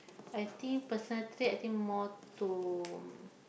I think personal trait I think more to